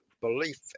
belief